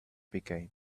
became